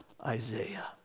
Isaiah